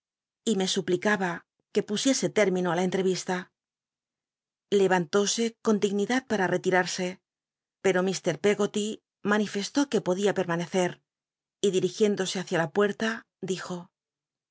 y me suplicaba que pusiese término a la entrevista levantóse con dignidad para l'elirarse jlc i'o ih peggoty man ifestó que podía pcrmanec ci y dirigiéndose htici la puerta dijo